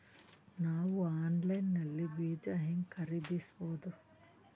ನಾವು ಆನ್ಲೈನ್ ನಲ್ಲಿ ಬೀಜ ಹೆಂಗ ಖರೀದಿಸಬೋದ?